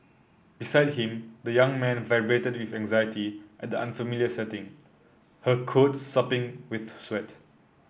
beside him the young mare vibrated with anxiety at the unfamiliar setting her coat sopping with sweat